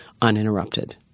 uninterrupted